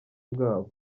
bwabo